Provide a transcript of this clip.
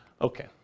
Okay